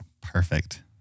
Perfect